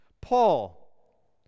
paul